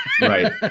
right